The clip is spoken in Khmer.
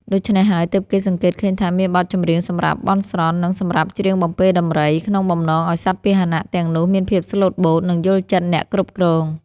ដូច្នេះហើយ ទើបគេសង្កេតឃើញថាមានបទចម្រៀងសម្រាប់បន់ស្រន់ និងសម្រាប់ច្រៀងបំពេរដំរី ក្នុងបំណងឱ្យសត្វពាហនៈទាំងនោះមានភាពស្លូតបូត និងយល់ចិត្តអ្នកគ្រប់គ្រង។